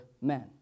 men